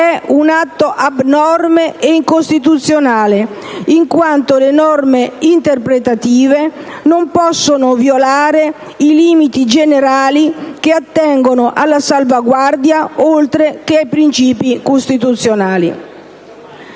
è un atto abnorme e incostituzionale in quanto le norme interpretative non possono violare i limiti generali che attengono alla salvaguardia ambientale, oltre che ai principi costituzionali.